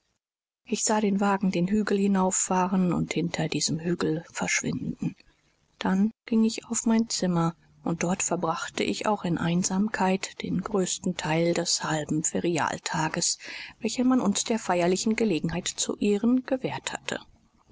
ich sah den wagen den hügel hinauf fahren und hinter diesem hügel verschwinden dann ging ich auf mein zimmer und dort verbrachte ich auch in einsamkeit den größten teil des halben ferialtages welchen man uns der feierlichen gelegenheit zu ehren gewährt hatte